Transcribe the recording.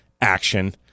action